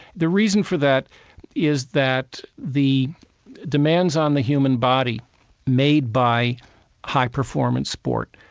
the reason for that is that the demands on the human body made by high performance sport,